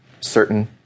certain